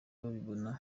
babibona